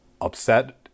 upset